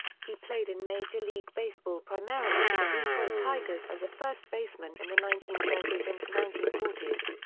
he played in major league baseball primarily for the detroit tigers as a first baseman in the nineteen thirty s and nineteen forty s.